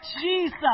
jesus